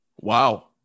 Wow